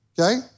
okay